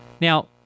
Now